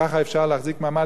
ככה אפשר להחזיק מעמד?